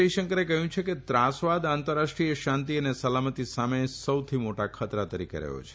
જયશંકરે કહયું છે કે ત્રાસવાદ આંતરરાષ્ટ્રીય શાંતી અને સલામતી સામે સૌથી મોટા ખતરા તરીકે રહયો છે